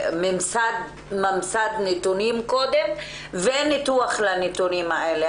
ממסד נתונים וניתוח לנתונים האלה.